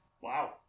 Wow